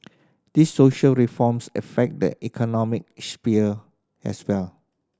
these social reforms affect the economic sphere as well